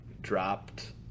dropped